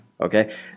Okay